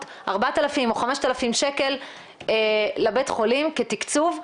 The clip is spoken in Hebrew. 4,000 או 5,000 שקל לבית חולים כתקצוב,